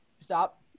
stop